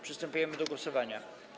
Przystępujemy do głosowania.